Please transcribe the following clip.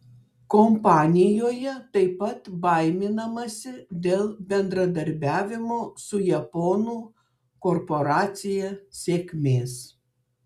kompanijoje taip pat baiminamasi dėl bendradarbiavimo su japonų korporacija sėkmės